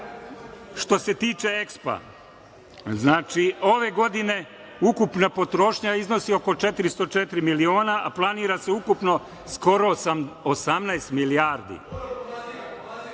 što se tiče EKSPA. Znači, ove godine ukupna potrošnja iznosi oko 404 miliona, a planira se ukupno skoro 18 milijardi.Među